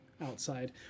outside